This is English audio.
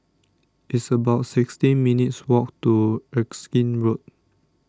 it's about sixteen minutes walk to Erskine Road